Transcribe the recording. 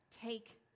take